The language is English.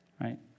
Right